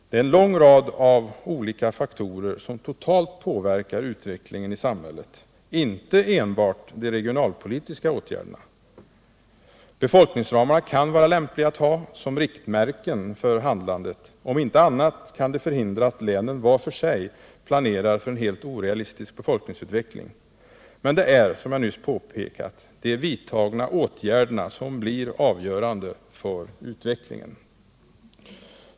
Det är en lång rad olika faktorer som totalt påverkar utvecklingen i samhället — inte enbart de regionalpolitiska åtgärderna. Befolkningsramarna kan vara lämpliga att ha som riktmärken för handlandet. Om inte annat kan de förhindra att länen var för sig planerar för en helt orealistisk befolkningsut veckling. Men det är, som jag nyss påpekat, de vidtagna åtgärderna som blir avgörande för utvecklingen.